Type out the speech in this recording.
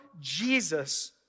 Jesus